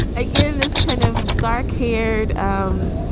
again this kind of dark haired, um